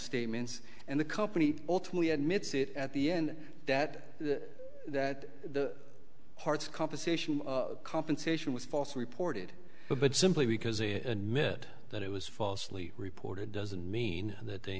statements and the company ultimately admits it at the end that that the parts compensation compensation was false reported but simply because they admit that it was falsely reported doesn't mean that they